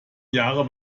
jahre